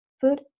food